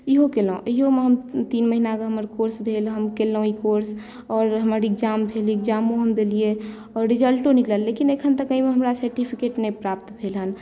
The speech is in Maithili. इहो केलहुँ इहोमे हम तीन महीनाके हमर कोर्स भेल हम केलहुँ ई कोर्स आओर हमर एग्जाम भेल एग्जामो हम देलियै यए रिजल्टो निकलल लेकिन एखन तक एहिमे हमरा सर्टिफिकेट नहि प्राप्त भेल हन